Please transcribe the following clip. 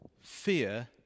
Fear